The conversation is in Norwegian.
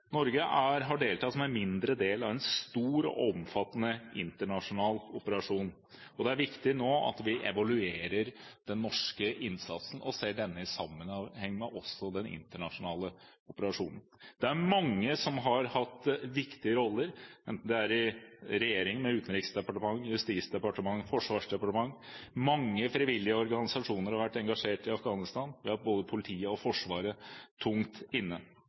Norge har deltatt som en mindre del av en stor og omfattende internasjonal operasjon. Det er viktig nå at vi evaluerer den norske innsatsen og også ser denne i sammenheng med den internasjonale operasjonen. Det er mange som har hatt viktige roller, enten det nå er i regjeringen ved Utenriksdepartementet, Justisdepartementet og Forsvarsdepartementet, eller mange frivillige organisasjoner som har vært engasjert i Afghanistan, og vi har hatt både politiet og Forsvaret tungt inne.